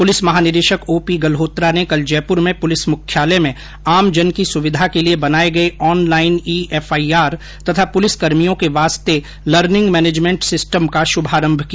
police महानिदेशक O P Galhotra ने कल जयपुर में पुलिस मुख्यालय में आम जन की सुविधा के लिए बनाए गए ऑन लाइन ई एफआईआर तथा पुलिसकर्मियों के वास्ते लर्निंग मैनेजमेंट सिस्टम का शुभारंभ किया